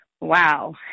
wow